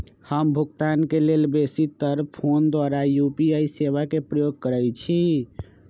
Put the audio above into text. हम भुगतान के लेल बेशी तर् फोन द्वारा यू.पी.आई सेवा के प्रयोग करैछि